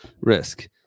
risk